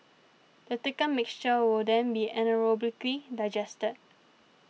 the thickened mixture will then be anaerobically digested